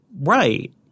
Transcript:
right